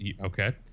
Okay